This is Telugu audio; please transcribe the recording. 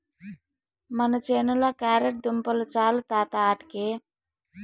మన చేనుల క్యారెట్ దుంపలు చాలు తాత ఆటికి